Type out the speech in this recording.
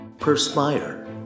Perspire